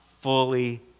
fully